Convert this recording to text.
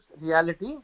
reality